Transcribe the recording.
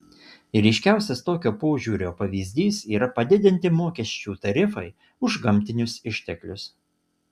ryškiausias tokio požiūrio pavyzdys yra padidinti mokesčių tarifai už gamtinius išteklius